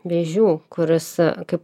vėžių kuris kaip